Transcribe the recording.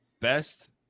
best